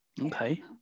Okay